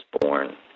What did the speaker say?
born